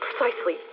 Precisely